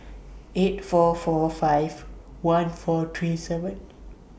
eight four four five one four three seven